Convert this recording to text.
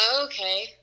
okay